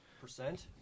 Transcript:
Percent